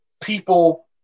people